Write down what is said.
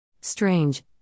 Strange